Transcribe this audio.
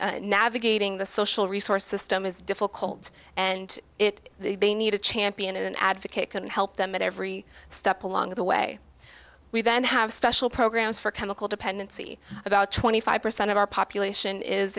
navigating the social resources stone is difficult and it they need a champion an advocate can help them at every step along the way we then have special programs for chemical dependency about twenty five percent of our population is